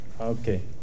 Okay